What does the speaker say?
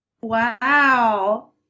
Wow